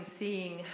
seeing